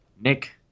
Nick